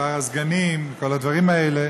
מספר הסגנים, כל הדברים האלה,